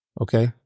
okay